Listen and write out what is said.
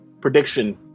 prediction